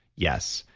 yes.